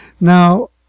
Now